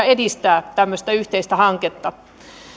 edistää tämmöistä yhteistä hanketta